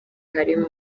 harimo